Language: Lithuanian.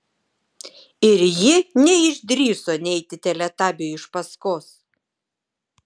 ir ji neišdrįso neiti teletabiui iš paskos